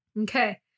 Okay